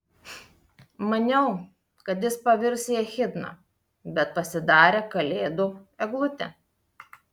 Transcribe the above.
maniau kad jis pavirs į echidną bet pasidarė kalėdų eglutė